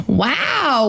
wow